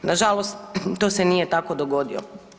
Nažalost, to se nije tako dogodilo.